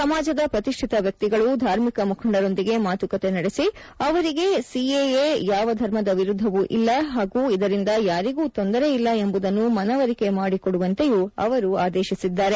ಸಮಾಜದ ಪ್ರತಿಷ್ಠಿತ ವ್ಯಕ್ತಿಗಳು ಧಾರ್ಮಿಕ ಮುಖಂಡರೊಂದಿಗೆ ಮಾತುಕತೆ ನಡೆಸಿ ಅವರಿಗೆ ಸಿಎಎ ಯಾವ ಧರ್ಮದ ವಿರುದ್ದವೂ ಇಲ್ಲ ಹಾಗೂ ಇದರಿಂದ ಯಾರಿಗೂ ತೊಂದರೆ ಇಲ್ಲ ಎಂಬುದನ್ನು ಮನವರಿಕೆ ಮಾದಿಕೊಡುವಂತೆಯೂ ಅವರು ಸೂಚಿಸಿದ್ದಾರೆ